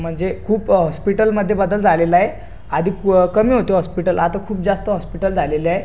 मनजे खूप हॉस्पिटलमध्ये बदल झालेला आहे आधी पु कमी होते हॉस्पिटल आता खूप जास्त हॉस्पिटल झालेले आहे